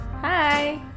Hi